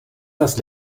das